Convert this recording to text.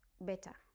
better